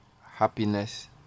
happiness